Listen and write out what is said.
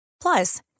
Plus